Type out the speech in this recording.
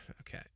Okay